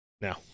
now